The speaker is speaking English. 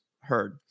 heard